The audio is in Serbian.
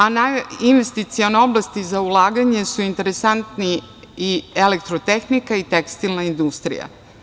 A najviše investicione oblasti za ulaganje su interesantne elektro-tehnika i tekstilna industrija.